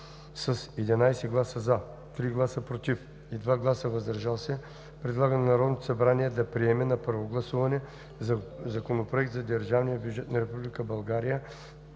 с 11 гласа „за“, 3 гласа „против“ и 2 гласа „въздържал се“ предлага на Народното събрание да приеме на първо гласуване Законопроект за държавния бюджет